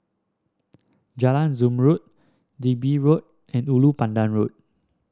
Jalan Zamrud Digby Road and Ulu Pandan Road